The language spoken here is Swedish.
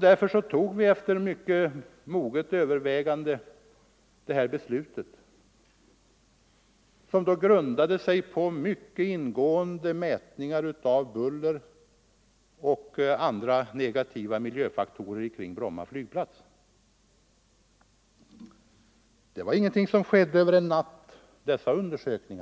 Därför fattade vi efter moget övervägande det här beslutet, som grundade sig på mycket ingående mätningar av buller och andra negativa miljöfaktorer kring Bromma flygplats. Dessa undersökningar var inte någonting som skedde över en